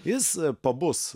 jis pabus